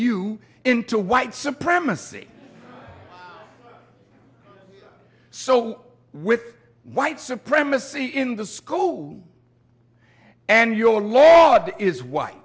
you into white supremacy so with white supremacy in the school and your lola that is why